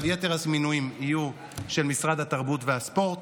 אבל יתר המינויים יהיו של משרד התרבות והספורט.